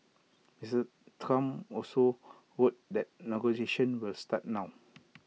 Mister Trump also wrote that negotiations will start now